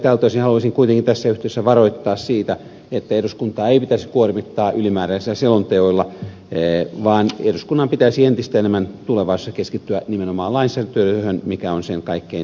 tältä osin haluaisin kuitenkin tässä yhteydessä varoittaa siitä että eduskuntaa ei pitäisi kuormittaa ylimääräisillä selonteoilla vaan eduskunnan pitäisi entistä enemmän tulevaisuudessa keskittyä nimenomaan lainsäädäntötyöhön joka on sen kaikkein tärkein tehtävä